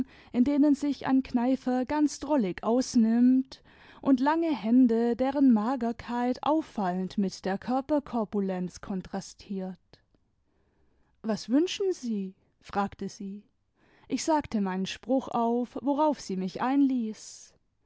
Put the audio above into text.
in denen sich ein kneifer ganz drollig ausnimmt und lange hände deren magerkeit auffallend mit der körperkorpulenz kontrastiert was wünschen sie fragte sie ich sagte meinen spruch auf worauf sie mich einließ